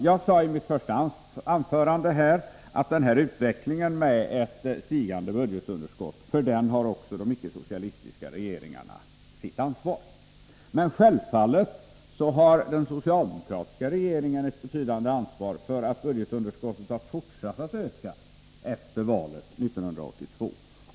Jag sade i mitt första anförande att även de icke-socialistiska regeringarna har ett ansvar för den här utvecklingen med stigande budgetunderskott. Men självfallet har den socialdemokratiska regeringen ett betydande ansvar för att budgetunderskottet har fortsatt att öka efter valet 1982.